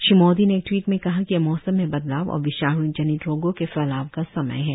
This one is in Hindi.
श्री मोदी ने एक ट्वीट में कहा कि यह मौसम में बदलाव और विषाणु जनित रोगों के फैलाव का समय है